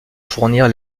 fournir